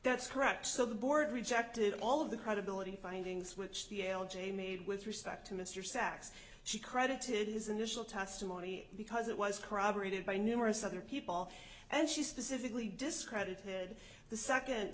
that's correct so the board rejected all of the credibility findings which the l g a made with respect to mr sacks she credited his initial testimony because it was corroborated by numerous other people and she specifically discredited the second